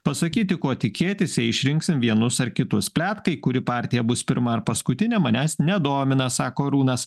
pasakyti ko tikėtis jei išrinksim vienus ar kitus pletkai kuri partija bus pirma ar paskutinė manęs nedomina sako arūnas